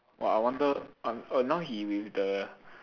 !wah! I wonder now he with the